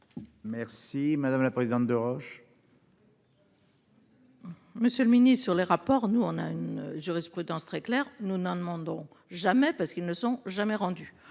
Merci madame la présidente de Roche. Monsieur le Ministre, sur les rapports. Nous on a une jurisprudence très clair, nous ne demandons jamais parce qu'ils ne sont jamais rendues